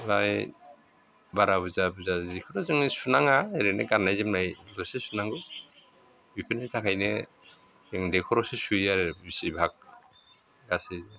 ओमफ्राय बारा बुरजा बुरजा सिखौथ' जोङो सुनाङा ओरैनो गान्नाय जोमनायल'सो सुनांगौ बेफोरनि थाखायनो जोङो दैखरावसो सुयो आरो बेसि भाग गासै